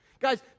Guys